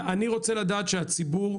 אני רוצה לדעת שהציבור,